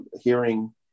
hearing